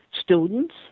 students